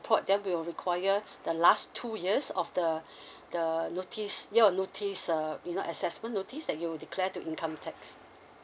employed then we'll require the last two years of the the notice year of notice uh bill assessment notice that you'll declare to income tax